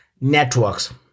networks